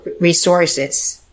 resources